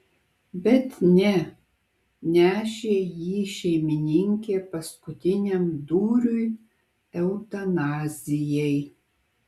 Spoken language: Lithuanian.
bet ne nešė jį šeimininkė paskutiniam dūriui eutanazijai